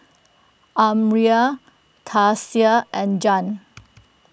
Almyra Tasia and Jann